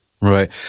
Right